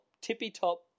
tippy-top